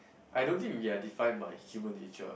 I don't think we are define by human nature